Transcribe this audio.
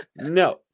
No